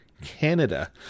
Canada